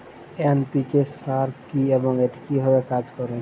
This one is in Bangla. এন.পি.কে সার কি এবং এটি কিভাবে কাজ করে?